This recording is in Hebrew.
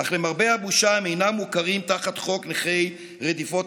אך למרבה הבושה הם אינם מוכרים תחת חוק נכי רדיפות